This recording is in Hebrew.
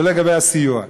זה לגבי הסיוע.